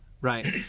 right